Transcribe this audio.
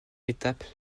étape